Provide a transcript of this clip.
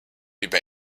über